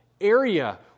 area